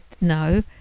No